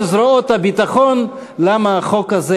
הייתה תמימות דעים בין כל זרועות הביטחון למה החוק הזה,